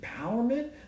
empowerment